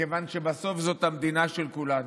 כיוון שבסוף זאת המדינה של כולנו.